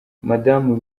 madamu